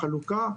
חלוקה,